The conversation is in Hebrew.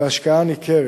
בהשקעה ניכרת.